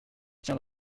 dans